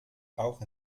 auch